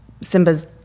Simba's